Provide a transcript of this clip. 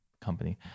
company